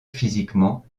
physiquement